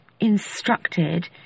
instructed